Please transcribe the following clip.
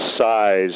size